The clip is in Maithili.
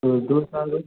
ओ दू सए लै छै